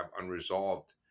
unresolved